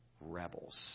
rebels